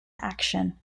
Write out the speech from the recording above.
action